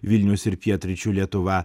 vilnius ir pietryčių lietuva